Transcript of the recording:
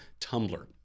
Tumblr